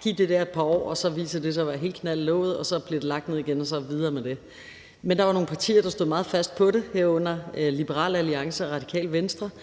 giv det der et par år, og så viser det sig at være helt knald i låget, og så bliver det lagt ned igen, og så er vi videre. Men der var nogle partier, der stod meget fast på det, herunder Liberal Alliance og Radikale Venstre –